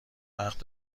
وقت